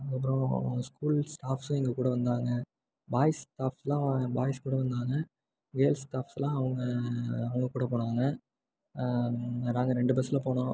அதுக்கப்புறம் ஸ்கூல்ஸ் ஸ்டாஃப்ஸ்ஸும் எங்கள் கூட வந்தாங்க பாய்ஸ் ஸ்டாஃப்லாம் பாய்ஸ் கூட வந்தாங்க கேள்ஸ் ஸ்டாஃப்ஸ்லாம் அவங்க அவங்க கூட போனாங்க நாங்கள் ரெண்டு பஸ்ஸில் போனோம்